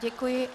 Děkuji.